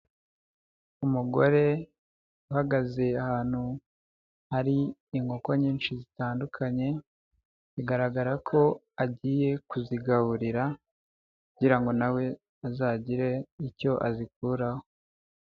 Umugore uhagaze ahantu hari inkoko nyinshi zitandukanye, bigaragara ko agiye kuzigaburira kugira ngo nawe azagire icyo azikuraho.